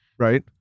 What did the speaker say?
Right